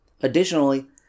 Additionally